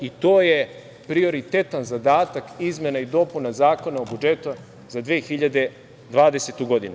I to je prioritetan zadatak izmena i dopuna Zakona o budžetu za 2020. godinu.